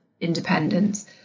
independence